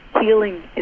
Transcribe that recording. Healing